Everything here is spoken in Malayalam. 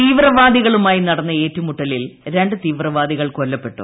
തീവ്രവാദികളുമായി നടന്ന ഏറ്റുമുട്ടലിൽ രണ്ട് തീവ്രവാദികൾ കൊല്ലപ്പെട്ടു